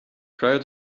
prior